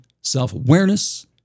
self-awareness